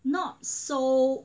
not so